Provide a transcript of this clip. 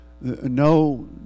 no